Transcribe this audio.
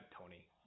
Tony